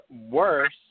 worse